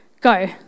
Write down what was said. Go